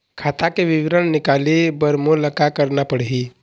खाता के विवरण निकाले बर मोला का करना पड़ही?